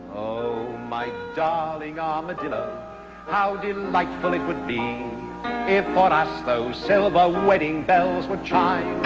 ohh my darling armadillo how delightful it would be if for us those silver wedding bells would chime